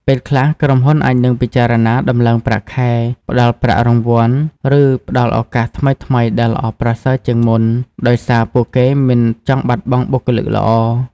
ពេលខ្លះ ក្រុមហ៊ុនអាចនឹងពិចារណាដំឡើងប្រាក់ខែ ផ្តល់ប្រាក់រង្វាន់ ឬផ្តល់ឱកាសថ្មីៗដែលល្អប្រសើរជាងមុន ដោយសារពួកគេមិនចង់បាត់បង់បុគ្គលិកល្អ។